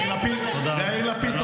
אז מה, עדיף שנצא החוצה?